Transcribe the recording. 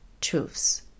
truths